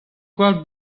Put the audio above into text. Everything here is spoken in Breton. gwall